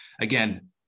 Again